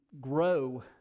grow